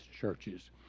churches